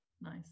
Nice